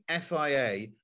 FIA